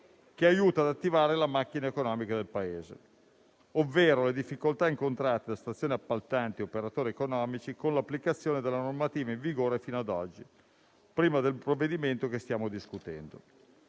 che aiutano ad attivare la macchina economica del Paese ovvero le difficoltà incontrate da stazioni appaltanti e operatori economici con l'applicazione della normativa in vigore fino ad oggi, prima del provvedimento che stiamo discutendo.